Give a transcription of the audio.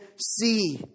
see